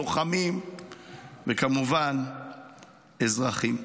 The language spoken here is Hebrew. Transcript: לוחמים וכמובן אזרחים.